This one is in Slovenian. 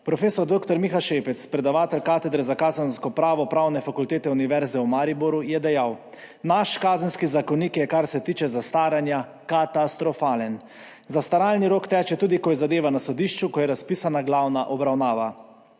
Prof. dr. Miha Šepec, predavatelj katedre za kazensko pravo Pravne fakultete Univerze v Mariboru, je dejal: »Naš Kazenski zakonik je, kar se tiče zastaranja, katastrofalen. Zastaralni rok teče tudi, ko je zadeva na sodišču, ko je razpisana glavna obravnava,